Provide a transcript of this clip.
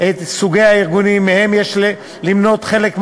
את סוגי הארגונים שמהם יש למנות חלק מהנציגים.